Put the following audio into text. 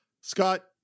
Scott